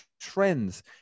trends